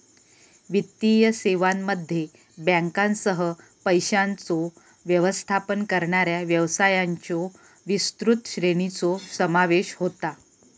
वित्तीय सेवांमध्ये बँकांसह, पैशांचो व्यवस्थापन करणाऱ्या व्यवसायांच्यो विस्तृत श्रेणीचो समावेश होता